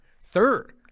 Third